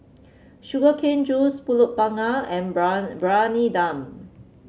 Sugar Cane Juice pulut panggang and Briyani Dum